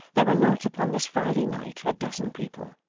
there were not, upon this friday night, a dozen people.